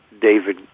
David